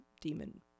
demon